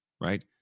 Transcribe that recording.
right